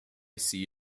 see